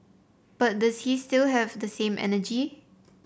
but does he still have the same energy